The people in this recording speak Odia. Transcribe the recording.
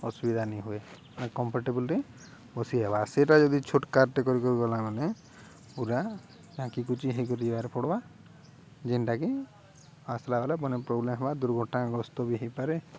ଅସୁବିଧା ନି ହୁଏ ଆ କମ୍ଫର୍ଟେବୁଲରେ ବସି ହେବା ସେଇଟା ଯଦି ଛୋଟ୍ କାର୍ ଟେ କରିକରି ଗଲା ମାନେ ପୁରା କୁୁଚି ହେଇକ ଯିବାର ପଡ଼୍ବା ଯେନ୍ଟାକି ଆସଲାବେଳେ ମନେ ପ୍ରୋବ୍ଲେମ ହବା ଦୁର୍ଘଟଣାଗ୍ରସ୍ତ ବି ହେଇପାରେ